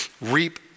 reap